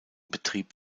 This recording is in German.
betrieb